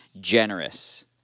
generous